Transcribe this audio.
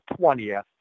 20th